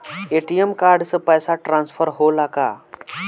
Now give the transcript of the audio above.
ATM card से पैसा transfer होला का?